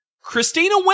Christina